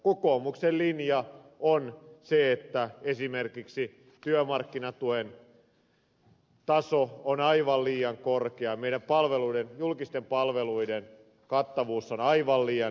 kokoomuksen linja on se että esimerkiksi työmarkkinatuen taso on aivan liian korkea meidän julkisten palveluidemme kattavuus on aivan liian hyvä